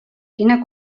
quina